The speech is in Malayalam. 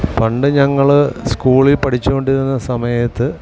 പണ്ട് ഞങ്ങൾ സ്കൂളിൽ പഠിച്ചോണ്ടിരുന്ന സമയത്ത്